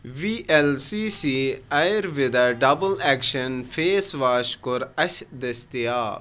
V L C C Ayurveda double action face wash کۆر اَسہِ دٔستِیاب